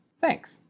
Thanks